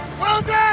Wilson